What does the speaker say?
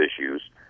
issues